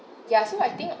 ya so I think